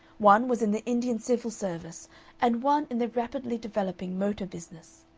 one was in the indian civil service and one in the rapidly developing motor business.